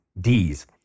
D's